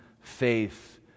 faith